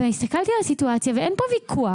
הסתכלתי על הסיטואציה ואין פה ויכוח.